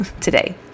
today